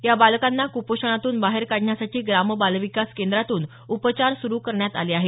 या बालकांना क्पोषणातून बाहेर काढण्यासाठी ग्राम बालविकास केंद्रातून उपचार सुरू करण्यात आले आहेत